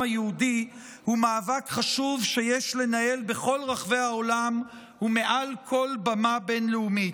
היהודי הוא מאבק חשוב שיש לנהל בכל רחבי העולם ומעל כל במה בין-לאומית.